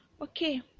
Okay